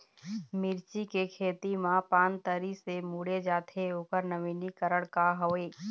मिर्ची के खेती मा पान तरी से मुड़े जाथे ओकर नवीनीकरण का हवे?